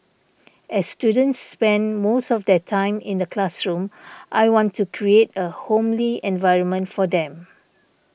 as students spend most of their time in the classroom I want to create a homely environment for them